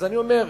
אני אומר,